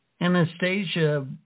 Anastasia